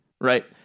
right